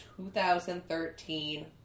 2013